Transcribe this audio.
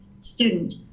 Student